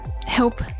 help